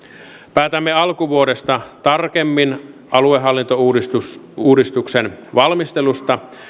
päätämme alkuvuodesta tarkemmin aluehallintouudistuksen valmistelusta